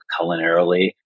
culinarily